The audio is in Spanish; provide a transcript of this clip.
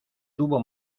tuvo